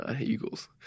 Eagles